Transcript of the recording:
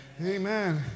Amen